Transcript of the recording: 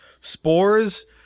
Spore's